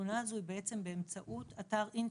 שהתלונה הזו באמצעות אתר אינטרנט.